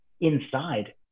inside